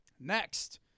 Next